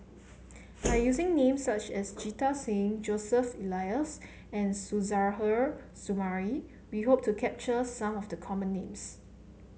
by using names such as Jita Singh Joseph Elias and Suzairhe Sumari we hope to capture some of the common names